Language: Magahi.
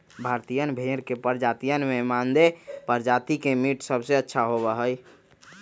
भारतीयन भेड़ के प्रजातियन में मानदेय प्रजाति के मीट सबसे अच्छा होबा हई